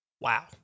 Wow